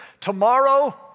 Tomorrow